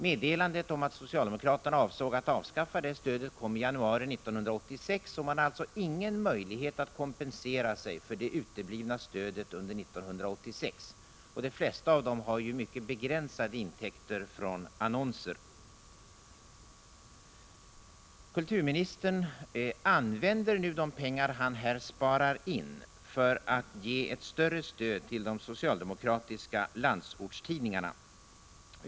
Meddelandet om att socialdemokraterna avsåg att avskaffa detta stöd kom i januari 1986, och man har alltså ingen möjlighet att kompensera sig för det uteblivna stödet under 1986. De flesta av dessa tidskrifter har dessutom mycket begränsade intäkter från annonser. Kulturministern använder nu de pengar han här sparar in för att ge ett större stöd till de socialdemokratiska landsortstidningarna.